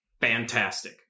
fantastic